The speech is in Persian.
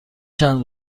چند